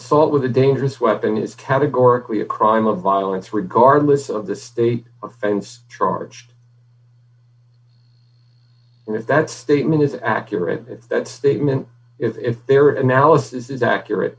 assault with a dangerous weapon is categorically a crime of violence regardless of the state offense charge and if that statement is accurate if that statement is in their analysis is accurate